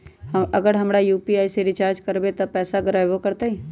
अगर हम यू.पी.आई से रिचार्ज करबै त पैसा गड़बड़ाई वो करतई?